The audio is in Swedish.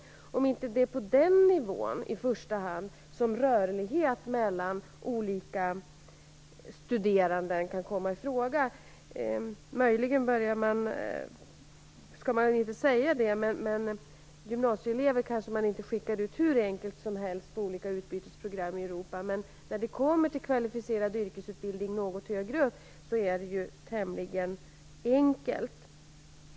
Är det inte i första hand på den nivån som rörlighet mellan olika studeranden kan komma i fråga? Möjligen skall man inte säga det, men gymnasieelever kanske man inte skickar iväg hur enkelt som helst på olika utbytesprogram i Europa. När det däremot gäller yrkesutbildning på något högre nivå är det tämligen enkelt.